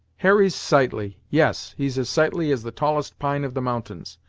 harry's sightly yes, he's as sightly as the tallest pine of the mountains,